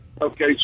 Okay